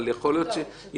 אבל יכול להיות --- לא.